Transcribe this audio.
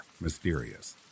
mysterious